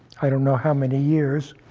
i don't know how many years,